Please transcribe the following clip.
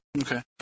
Okay